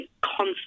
constant